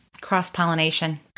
cross-pollination